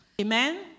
Amen